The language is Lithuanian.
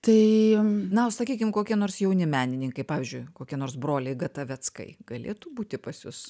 tai na sakykime kokie nors jauni menininkai pavyzdžiui kokie nors broliai gataveckai galėtų būti pas jus